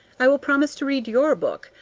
i will promise to read your book,